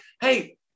Hey